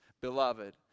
beloved